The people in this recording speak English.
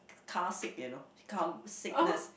carsick you know become sickness